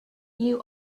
you